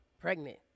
Pregnant